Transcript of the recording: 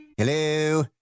Hello